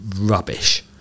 Rubbish